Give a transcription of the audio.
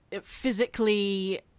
physically